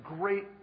great